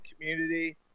community